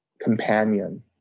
companion